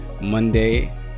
Monday